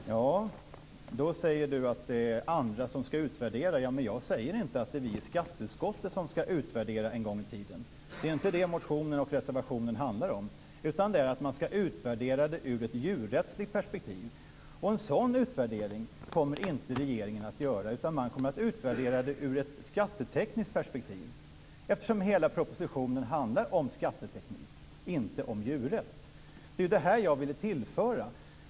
Fru talman! Lena Sandlin-Hedman säger att det är andra som ska utvärdera. Jag säger inte att det är vi i skatteutskottet som ska utvärdera en gång i tiden. Det är inte det motionen och reservationen handlar om, utan det är att man ska utvärdera ur ett djurrättsligt perspektiv. En sådan utvärdering kommer inte regeringen att göra. Man kommer att utvärdera ur ett skattetekniskt perspektiv eftersom hela propositionen handlar om skatteteknik, inte om djurrätt. Det var det jag ville tillföra.